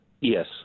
Yes